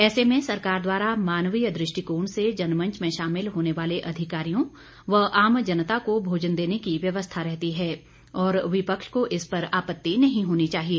ऐसे में सरकार द्वारा मानवीय दृष्टिकोण से जनमंच में शामिल होने वाले अधिकारियों व आम जनता को भोजन देने की व्यवस्था रहती है और विपक्ष को इस पर आपति नहीं होनी चाहिए